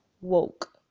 woke